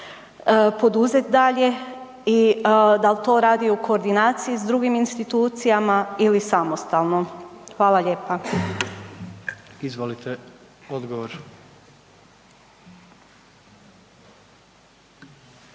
poduzet dalje i dal to radi u koordinaciji s drugim institucijama ili samostalno? Hvala lijepa. **Jandroković,